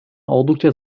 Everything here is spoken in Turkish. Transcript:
oldukça